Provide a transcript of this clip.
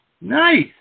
Nice